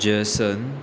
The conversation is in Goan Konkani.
जसन